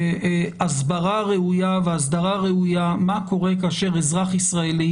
הסברה ראויה והסדרה ראויה מה קורה כאשר אזרח ישראלי